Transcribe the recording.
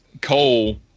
Cole